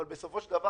אבל בסופו של דבר